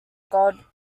goldman